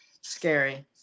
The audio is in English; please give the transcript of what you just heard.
Scary